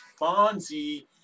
Fonzie